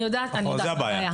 אני יודעת מה הבעיה.